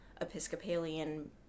Episcopalian